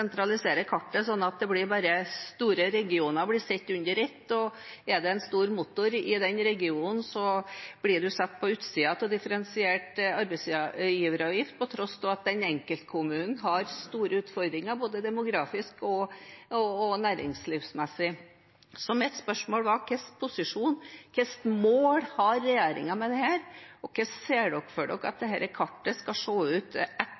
kartet, sånn at store regioner blir sett under ett. Er det en stor motor i den regionen, blir man satt på utsiden av differensiert arbeidsgiveravgift på tross av at den enkeltkommunen har store utfordringer både demografisk og næringslivsmessig. Så mitt spørsmål er: Hva slags posisjon og hva slags mål har regjeringen her, og hvordan ser dere for dere at dette kartet skal se ut etter